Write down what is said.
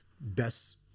Best